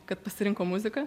kad pasirinko muziką